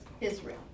Israel